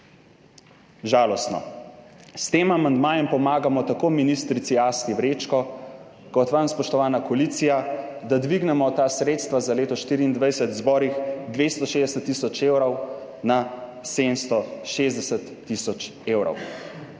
Žalostno. S tem amandmajem pomagamo tako ministrici Asti Vrečko kot vam, spoštovana koalicija, da dvignemo ta sredstva za leto 2024 z borih 260 tisoč evrov na 760 tisoč evrov.